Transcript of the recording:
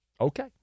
Okay